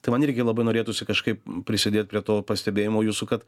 tai man irgi labai norėtųsi kažkaip prisidėt prie to pastebėjimo jūsų kad